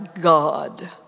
God